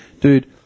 Dude